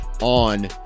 on